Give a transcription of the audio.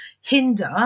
hinder